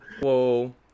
whoa